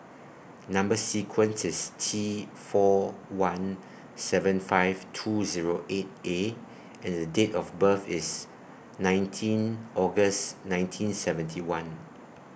Number sequence IS T four one seven five two Zero eight A and The Date of birth IS nineteen August nineteen seventy one